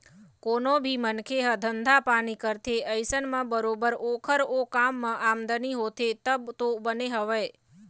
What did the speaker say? कोनो भी मनखे ह धंधा पानी करथे अइसन म बरोबर ओखर ओ काम म आमदनी होथे तब तो बने हवय